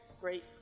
great